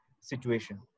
situation